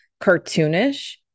cartoonish